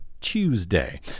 Tuesday